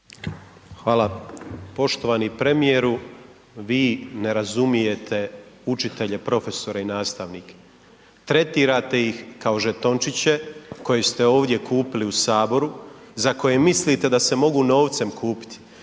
Hvala. Poštovani premijeru, vi ne razumijete učitelje, profesore i nastavnike. Tretirate ih kao žetončiće koje ste ovdje kupili u Saboru, za koje mislite da se mogu novcem kupiti.